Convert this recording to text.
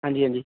ਹਾਂਜੀ ਹਾਂਜੀ